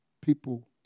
people